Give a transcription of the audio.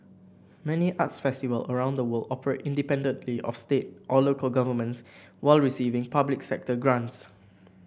many arts festivals around the world operate independently of state or local governments while receiving public sector grants